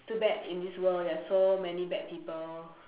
too bad in this world we have so many bad people